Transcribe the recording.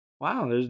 wow